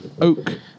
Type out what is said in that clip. oak